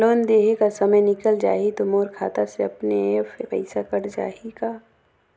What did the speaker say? Loan देहे कर समय निकल जाही तो मोर खाता से अपने एप्प पइसा कट जाही का?